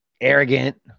Arrogant